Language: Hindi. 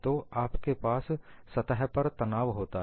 तो आपके पास सतह पर तनाव होता है